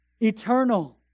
eternal